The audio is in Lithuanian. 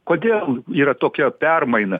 kodėl yra tokia permaina